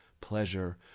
pleasure